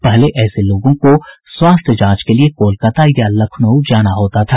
पहले ऐसे लोगों को स्वास्थ्य जांच के लिये कोलकाता या लखनऊ जाना होता था